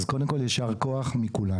אז קודם כל, ישר כוח מכולנו.